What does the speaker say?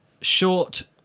short